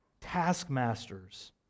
Taskmasters